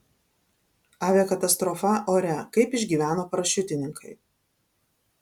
aviakatastrofa ore kaip išgyveno parašiutininkai